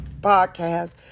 podcast